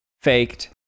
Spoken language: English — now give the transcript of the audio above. faked